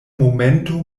momento